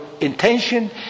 intention